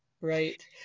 right